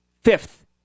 fifth